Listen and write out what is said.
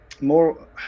more